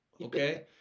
okay